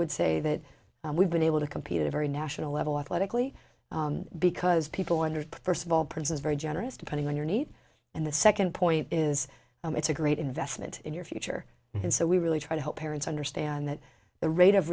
would say that we've been able to compete at a very national level athletically because people wondered first of all prince is very generous depending on your need and the second point is it's a great investment in your future and so we really try to help parents understand that the rate of